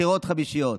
בחירות חמישיות.